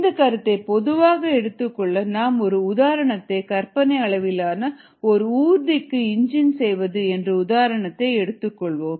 இந்தக் கருத்தை பொதுவாக எடுத்துக்கொள்ள நாம் ஒரு உதாரணத்தை கற்பனை அளவிலான ஒரு ஊர்திக்கு இன்ஜின் செய்வது என்ற உதாரணத்தை எடுத்துக் கொள்வோம்